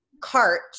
cart